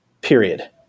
Period